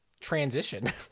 transition